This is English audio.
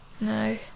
No